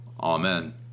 amen